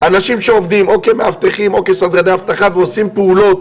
אנשים שעובדים או כמאבטחים או כסדרני אבטחה ועושים פעולות,